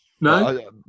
no